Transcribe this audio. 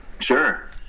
Sure